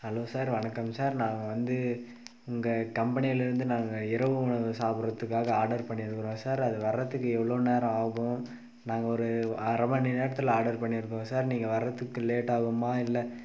hello sir வணக்கம் sir நான் வந்து உங்கள் கம்பெனியிலேருந்து நாங்கள் இரவு உணவு சாப்பிட்றதுக்காக ஆர்டர் பண்ணியிருக்குறோம் சார் அது வர்றதுக்கு எவ்வளோ நேரம் ஆகும் நாங்கள் ஒரு அரை மணி நேரத்தில் ஆர்டர் பண்ணியிருக்கோம் சார் நீங்கள் வர்றதுக்கு லேட் ஆகுமா இல்லை